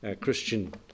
christian